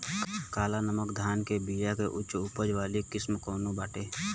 काला नमक धान के बिया के उच्च उपज वाली किस्म कौनो बाटे?